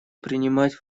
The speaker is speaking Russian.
принимать